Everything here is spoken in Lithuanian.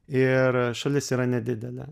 ir šalis yra nedidelė